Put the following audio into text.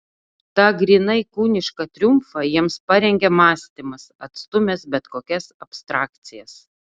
tą grynai kūnišką triumfą jiems parengė mąstymas atstūmęs bet kokias abstrakcijas